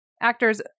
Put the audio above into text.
actors